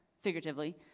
figuratively